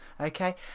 Okay